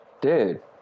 Dude